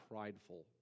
prideful